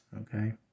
okay